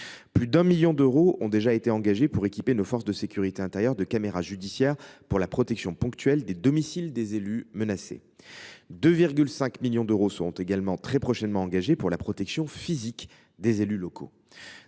Plus d’un million d’euros ont déjà été engagés pour équiper nos forces de sécurité intérieures de caméras judiciaires pour la protection ponctuelle des domiciles des élus menacés. Par ailleurs, 2,5 millions d’euros seront très prochainement débloqués pour garantir la protection physique des élus locaux.